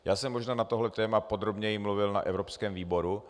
Já jsem možná na tohle téma podrobněji mluvil na evropském výboru.